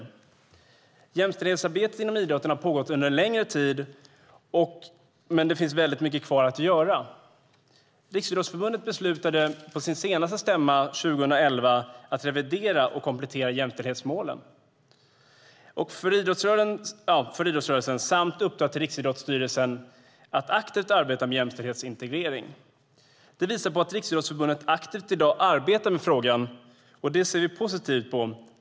Jämställdhetsarbetet inom idrotten har pågått under en längre tid, men det finns väldigt mycket kvar att göra. Riksidrottsförbundet beslutade på sin senaste stämma, 2011, att revidera och komplettera jämställdhetsmålen för idrottsrörelsen samt gav i uppdrag till Riksidrottsstyrelsen att aktivt arbeta med jämställdhetsintegrering. Det visar på att Riksidrottsförbundet i dag arbetar aktivt med frågan, och det ser vi positivt på.